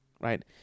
right